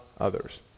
others